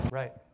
right